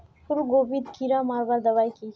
फूलगोभीत कीड़ा मारवार दबाई की?